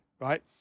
right